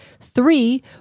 Three